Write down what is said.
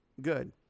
good